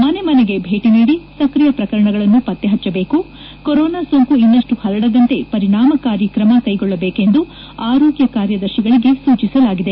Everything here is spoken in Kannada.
ಮನೆ ಮನೆಗೆ ಧೇಟಿ ನೀಡಿ ಸಕ್ರಿಯ ಪ್ರಕರಣಗಳನ್ನು ಪತ್ತೆ ಹಚ್ಚಬೇಕು ಕೊರೊನಾ ಸೋಂಕು ಇನ್ನಷ್ಟು ಹರಡದಂತೆ ಪರಿಣಾಮಕಾರಿ ಕ್ರಮ ಕೈಗೊಳ್ಳಬೇಕೆಂದು ಆರೋಗ್ಯ ಕಾರ್ಯದರ್ತಿಗಳಿಗೆ ಸೂಚಿಸಲಾಗಿದೆ